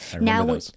Now